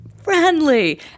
Friendly